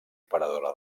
operadora